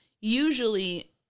usually